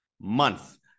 month